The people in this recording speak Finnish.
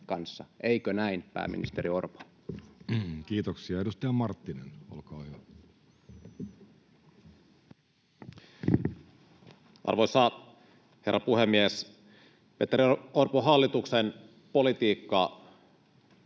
Eikö näin, pääministeri Orpo? Kiitoksia. — Edustaja Marttinen, olkaa hyvä. Arvoisa herra puhemies! Petteri Orpon hallituksen politiikka